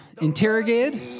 interrogated